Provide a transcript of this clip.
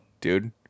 dude